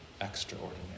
extraordinary